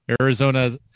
Arizona